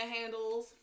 handles